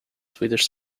swedish